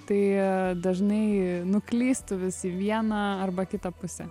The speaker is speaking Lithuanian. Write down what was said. tai dažnai nuklystų vis į vieną arba kitą pusę